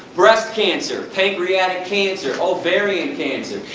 breast cancer, pancreatic cancer, ovarian cancer,